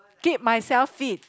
keep myself fit